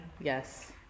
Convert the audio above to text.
yes